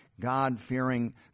God-fearing